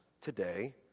today